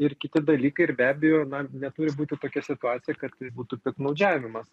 ir kiti dalykai ir be abejo na neturi būti tokia situacija kad tai būtų piktnaudžiavimas